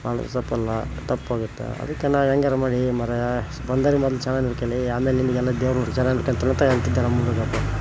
ಮಾಡೊ ತಪ್ಪಾಗುತ್ತೆ ಅದಕ್ಕೆಲ್ಲ ಹೆಂಗಾರ ಮಾಡಿ ಮಾರಾಯ ಬಂದವ್ರ್ಗೆ ಮೊದಲು ಚೆನ್ನಾಗಿ ನೋಡಿಕೊಳ್ಳಿ ಆಮೇಲೆ ನಿಮಗೆಲ್ಲ ದೇವರು ಒಟ್ಟು ಚಂದಾಗಿ ನೋಡ್ಕೊಂತಾನೆ ಅಂತ ಹೇಳ್ತಿದ್ದೆ ನಮ್ಮ ಹುಡುಗ